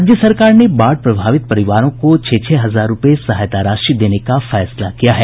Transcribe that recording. राज्य सरकार ने बाढ़ प्रभावित परिवारों को छह छह हजार रूपये सहायता राशि देने का फैसला किया है